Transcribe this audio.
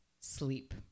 sleep